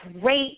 great